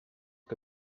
que